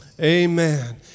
Amen